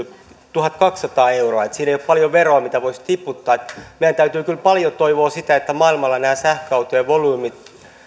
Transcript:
tuhatkaksisataa euroa siinä ei ole paljon veroa mitä voisi tiputtaa meidän täytyy kyllä paljon toivoa sitä että maailmalla nämä sähköautojen volyymit